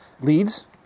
leads